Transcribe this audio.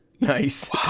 nice